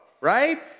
right